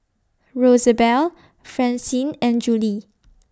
Rosabelle Francine and Julie